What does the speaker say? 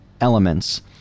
elements